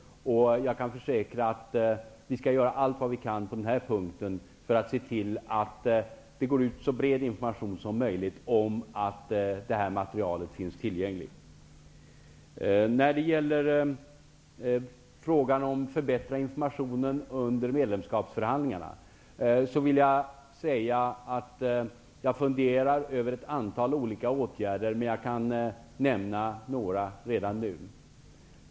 Jag kan försäkra att vi gör allt vi kan på den här punkten för att se till att det går ut så bred information som möjligt om att materialet finns tillgängligt. Beträffande frågan om att förbättra informationen under medlemskapsförhandlingarna vill jag säga att jag funderar över ett antal olika åtgärder, och jag kan redan nu nämna några.